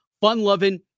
fun-loving